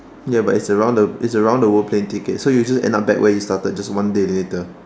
ya but it's around the it's around the world plane ticket so you'll just end up back where you started just one day later